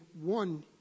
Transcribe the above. one